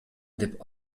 деп